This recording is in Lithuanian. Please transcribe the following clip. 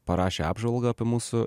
parašė apžvalgą apie mūsų